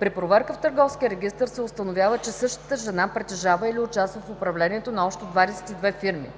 При проверка в Търговския регистър се установява, че същата жена притежава или участва в управлението на общо 22 фирми.